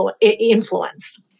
influence